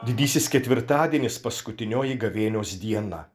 didysis ketvirtadienis paskutinioji gavėnios diena